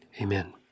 amen